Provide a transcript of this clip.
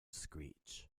screech